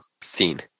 scene